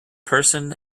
person